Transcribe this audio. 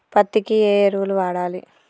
పత్తి కి ఏ ఎరువులు వాడాలి?